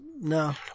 No